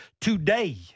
today